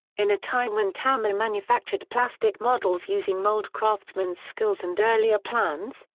in a time when tamiya manufactured plastic models using mold craftsmen's skills and earlier plans,